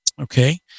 okay